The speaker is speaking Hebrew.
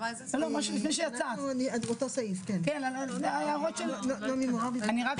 הערת את ההערות שלך, ואני רוצה